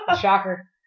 shocker